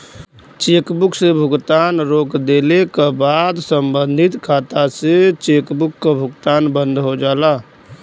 chequebook से भुगतान रोक देले क बाद सम्बंधित खाता से चेकबुक क भुगतान बंद हो जाला